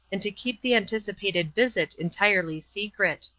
and to keep the anticipated visit entirely secret.